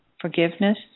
forgiveness